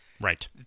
Right